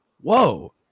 whoa